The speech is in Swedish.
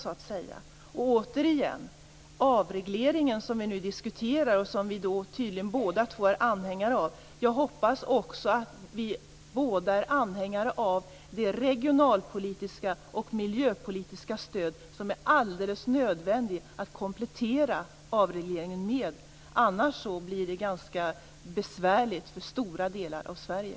Återigen: När det gäller den avreglering som vi nu diskuterar och som vi båda två är anhängare av hoppas jag att vi båda är anhängare av det regionalpolitiska och det miljöpolitiska stöd som är alldeles nödvändigt att komplettera avregleringen med. Annars blir det ganska besvärligt för stora delar av Sverige.